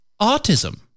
autism